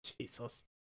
Jesus